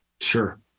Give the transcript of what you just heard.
Sure